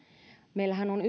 meillähän on